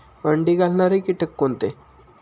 अंडी घालणारे किटक कोणते?